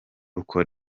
uko